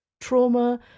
trauma